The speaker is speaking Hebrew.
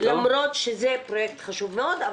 למרות שזה פרויקט חשוב מאוד,